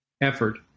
effort